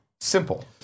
Simple